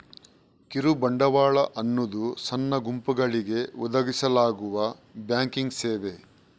ಕಿರು ಬಂಡವಾಳ ಅನ್ನುದು ಸಣ್ಣ ಗುಂಪುಗಳಿಗೆ ಒದಗಿಸಲಾಗುವ ಬ್ಯಾಂಕಿಂಗ್ ಸೇವೆ